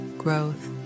growth